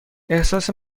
احساس